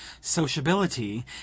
sociability